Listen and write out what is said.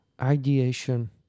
Ideation